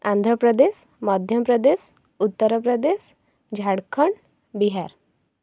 Andhra Pradesh Madhya Pradesh Uttar Pradesh Jharkhand Bihar